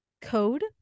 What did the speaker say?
code